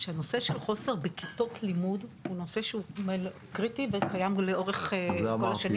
שהנושא של חוסר בכיתות לימוד הוא נושא שהוא קריטי וקיים לאורך כל השנים.